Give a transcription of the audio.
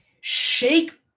shake